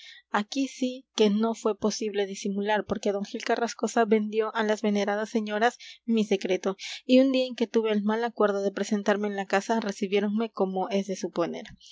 aquí sí que no fue posible disimular porque d gil carrascosa vendió a las venerandas señoras mi secreto y un día en que tuve el mal acuerdo de presentarme en la casa recibiéronme como es de suponer